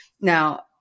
Now